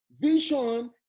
Vision